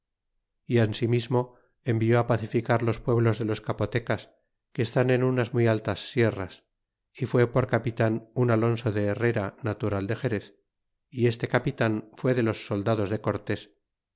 y ensimismo envió pacificar los pueblos de los capotecas que estan en unas muy altas sierras y fué por capitán un alonso de berrera natural de xerez y este capitan fué dejos soldados de cortés